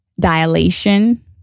dilation